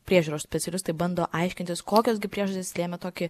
priežiūros specialistai bando aiškintis kokios gi priežastys lėmė tokį